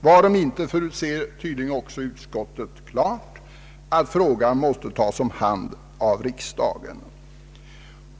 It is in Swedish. Varom inte, har tydligen också utskottet klart för sig, att frågan måste tas om hand av riksdagen.